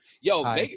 Yo